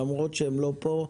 למרות שהם לא פה,